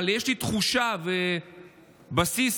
יש לי תחושה ובסיס,